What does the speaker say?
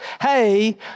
hey